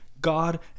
God